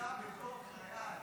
אתה בתור חייל,